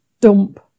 dump